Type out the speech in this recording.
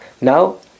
Now